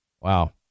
wow